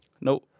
Nope